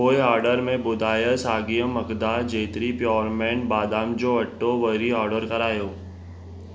पोइ ऑडर में ॿुधाय साॻिए मक़दार जेतिरी प्योरमेंट बादाम जो अटो वरी ऑडर करायो